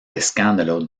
escándalo